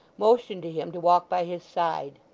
motioned to him to walk by his side.